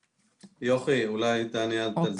יוכי, אולי תעני את.